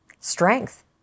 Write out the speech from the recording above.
Strength